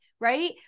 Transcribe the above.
right